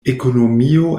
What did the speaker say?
ekonomio